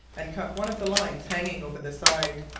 and caught one of the lines hanging over the side.